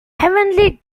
heavenly